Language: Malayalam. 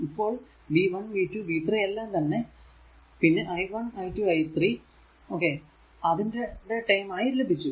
ഇപ്പോൾ v1 v2 v3 എല്ലാം തന്നെ i1 i12 പിന്നെ i3 യുടെ ടെം ആയി ലഭിച്ചു